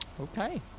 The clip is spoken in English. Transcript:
Okay